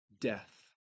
death